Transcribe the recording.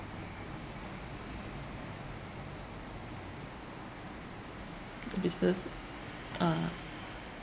business uh